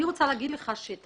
אתם יודעים שאת